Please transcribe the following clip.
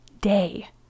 day